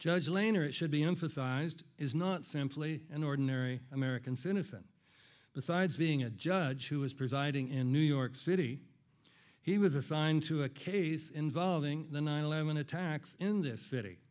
judge lane or it should be emphasized is not simply an ordinary american citizen besides being a judge who was presiding in new york city he was assigned to a case involving the nine eleven attacks in this city